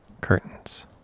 curtains